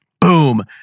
Boom